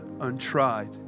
untried